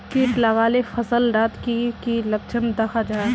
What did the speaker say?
किट लगाले फसल डात की की लक्षण दखा जहा?